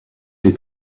les